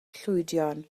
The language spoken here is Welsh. llwydion